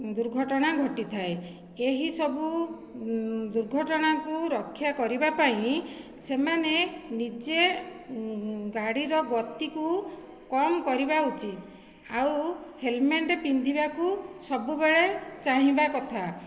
ଦୁର୍ଘଟଣା ଘଟିଥାଏ ଏହିସବୁ ଦୁର୍ଘଟଣାକୁ ରକ୍ଷା କରିବା ପାଇଁ ସେମାନେ ନିଜେ ଗାଡ଼ିର ଗତିକୁ କମ କରିବା ଉଚିତ ଆଉ ହେଲମେଟ୍ ପିନ୍ଧିବାକୁ ସବୁବେଳେ ଚାହିଁବା କଥା